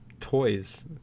toys